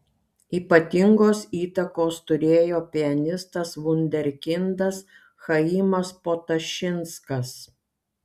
ypatingos įtakos turėjo pianistas vunderkindas chaimas potašinskas